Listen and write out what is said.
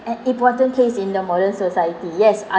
an important place in the modern society yes